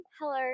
Hello